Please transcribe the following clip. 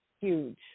huge